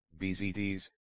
BZDs